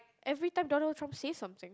every time Donald-Trump say something